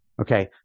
Okay